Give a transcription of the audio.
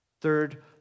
Third